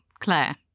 Claire